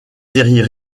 séries